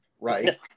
right